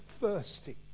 thirsty